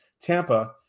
Tampa